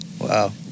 Wow